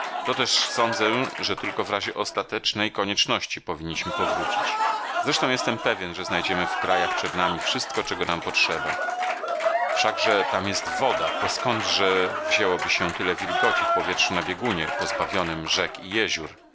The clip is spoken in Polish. to też sądzę że tylko w razie ostatecznej konieczności powinniśmy powrócić zresztą jestem pewien że znajdziemy w krajach przed nami wszystko czego nam potrzeba wszakże tam jest woda bo skądże wzięłoby się tyle wilgoci w powietrzu na biegunie pozbawionym rzek